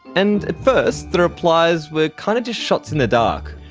and at first, the replies were kind of just shots in the dark.